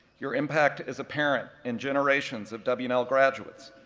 your impact is apparent in generations of w and l graduates,